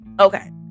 okay